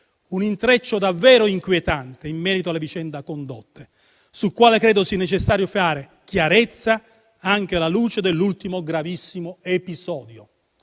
un intreccio davvero inquietante in merito alla vicenda di Condotte, sul quale credo sia necessario fare chiarezza, anche alla luce dell'ultimo gravissimo episodio.